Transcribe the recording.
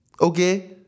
Okay